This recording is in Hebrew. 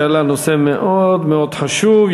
שהעלה נושא מאוד חשוב.